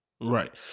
Right